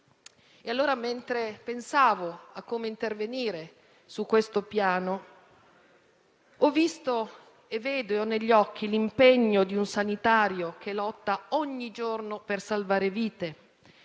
E allora, mentre pensavo a come intervenire su questo Piano, ho visto e ho negli occhi l'impegno di un sanitario che lotta ogni giorno per salvare vite;